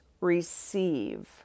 receive